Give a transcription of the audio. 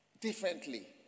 differently